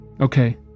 Okay